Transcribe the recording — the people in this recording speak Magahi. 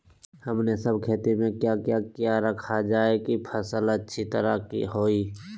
हमने सब खेती में क्या क्या किया रखा जाए की फसल अच्छी तरह होई?